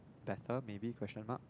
better maybe question mark